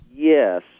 Yes